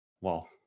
wow